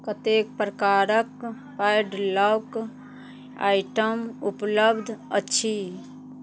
कतेक प्रकारके padlock item उपलब्ध अछि